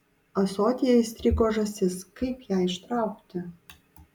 ąsotyje įstrigo žąsis kaip ją ištraukti